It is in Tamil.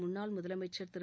முன்னாள் முதலமைச்சா் திரு